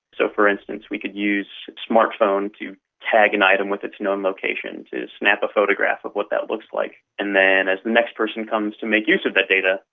so for instance we could use smart phones to tag an item with its known location, to snap a photograph of what that looks like, and then as the next person comes to make use of that data,